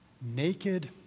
Naked